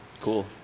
cool